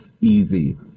easy